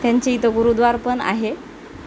त्यांचे इथं गुरुद्वारापण आहे